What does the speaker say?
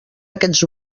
aquests